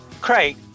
Craig